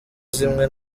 zimwe